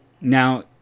Now